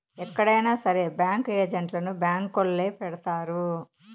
ఎక్కడైనా సరే బ్యాంకు ఏజెంట్లను బ్యాంకొల్లే పెడతారు